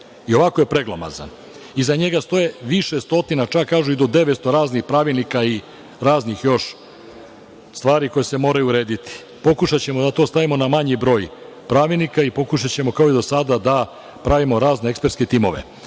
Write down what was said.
i ovako je preglomazan. Iza njega stoje više stotina, čak kažu i do 900 raznih pravilnika i raznih još stvari koje se moraju urediti. Pokušaćemo da to stavimo na manji broj pravilnika i pokušaćemo kao i do sada da pravimo razne ekspertske timove. Ono